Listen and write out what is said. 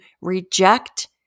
reject